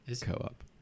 Co-op